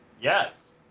yes